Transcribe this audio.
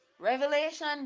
Revelation